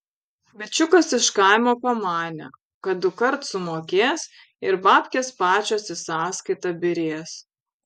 bičiukas iš kaimo pamanė kad dukart sumokės ir babkės pačios į sąskaitą byrės